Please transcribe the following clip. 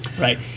Right